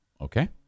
Okay